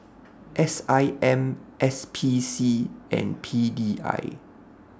S I M S P C and P D I